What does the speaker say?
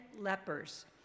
lepers